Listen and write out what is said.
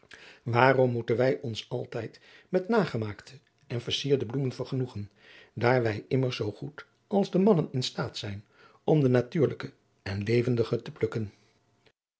waarom moeten wij ons altijd met nagemaakte en versierde bloemen vergenoegen daar wij immers zoo goed als de mannen in staat zijn om de natuurlijke en levendige te plukken